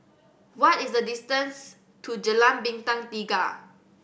what is the distance to Jalan Bintang Tiga